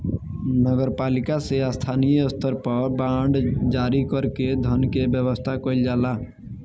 नगर पालिका से स्थानीय स्तर पर बांड जारी कर के धन के व्यवस्था कईल जाला